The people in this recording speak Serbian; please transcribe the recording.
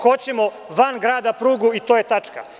Hoćemo van grada prugu i tu je tačka.